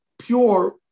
Pure